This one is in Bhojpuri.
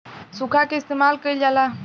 सुखा के इस्तेमाल कइल जाला